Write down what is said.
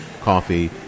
Coffee